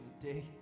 today